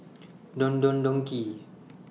Don Don Donki